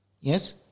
Yes